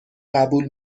قبول